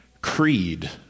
creed